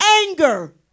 anger